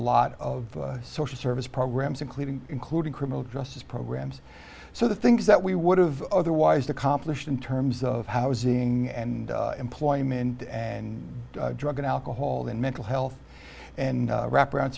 lot of social service programs including including criminal justice programs so the things that we would have otherwise the competition in terms of housing and employment and drug and alcohol and mental health and wrap around